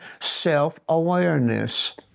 self-awareness